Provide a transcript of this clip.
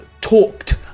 talked